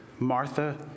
Martha